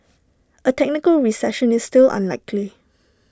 A technical recession is still unlikely